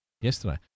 Yesterday